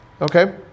Okay